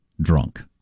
drunk